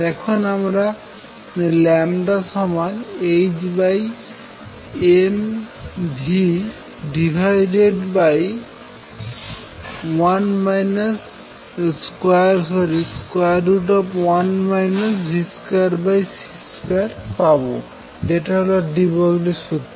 এখন আমরা λhmv1 v2c2 পাবো যেটা হল ডি ব্রগলি সুত্র